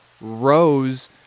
Rose